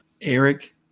Eric